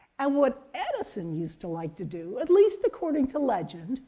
and what edison used to like to do, at least according to legend,